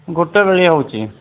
ଗୋଟେ ବେଳିଆ ହେଉଛି